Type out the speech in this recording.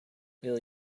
will